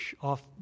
off